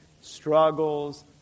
struggles